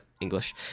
english